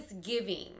giving